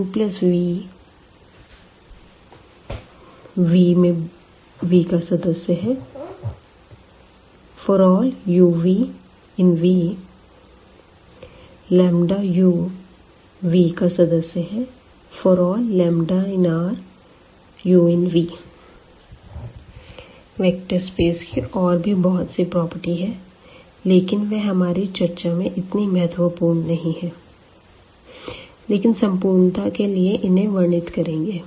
uv∈V∀uv∈V u∈V∀λ∈Ru∈V vector space की और भी बहुत सी प्रॉपर्टी है लेकिन वह हमारी चर्चा में इतनी महत्वपूर्ण नहीं है लेकिन सम्पूर्णता के लिए इन्हें वर्णित करेंगे